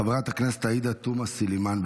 חברת הכנסת עאידה תומא סלימאן,